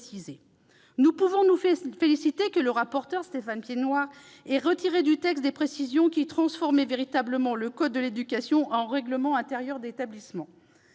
Nous pouvons nous féliciter que le rapporteur, Stéphane Piednoir, ait retiré du texte des précisions qui transformaient véritablement le code de l'éducation en règlement intérieur d'établissement.